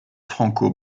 franco